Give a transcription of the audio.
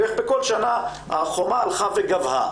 ואיך בכל שנה החומה הלכה וגבהה,